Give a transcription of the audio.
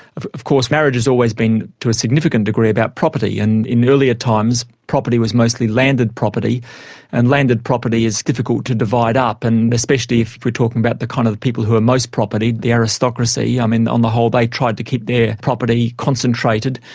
of of course, marriage has always been to a significant degree about property and in earlier times property was mostly landed property and landed property is difficult to divide up. and especially if we're talking about the kind of the people who are most propertied the aristocracy um i mean, on the whole, they tried to keep their property concentrated.